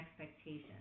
expectations